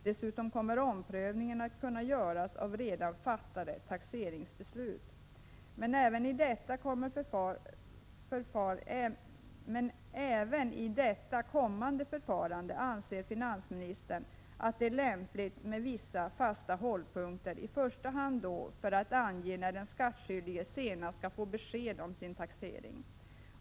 Dessutom kommer en omprövning att kunna göras av redan fattade taxeringsbeslut. Men även i detta kommande förfarande anser finansministern att det är lämpligt med vissa fasta hållpunkter, i första hand då för att ange när den skattskyldige senast skall få besked om sin taxering.